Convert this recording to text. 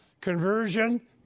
Conversion